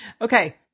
Okay